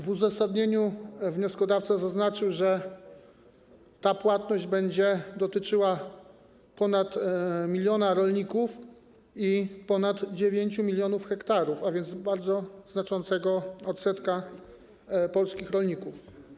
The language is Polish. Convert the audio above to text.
W uzasadnieniu wnioskodawca zaznaczył, że ta płatność będzie dotyczyła ponad 1 mln rolników i ponad 9 mln ha, a więc bardzo znaczącego odsetka polskich rolników.